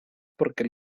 porque